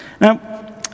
Now